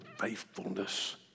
faithfulness